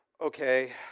okay